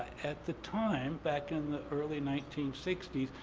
at the time, back in the early nineteen sixty s,